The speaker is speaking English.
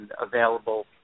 available